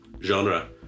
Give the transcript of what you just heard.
Genre